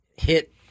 hit